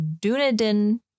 Dunedin